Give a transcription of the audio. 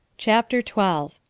chapter twelve.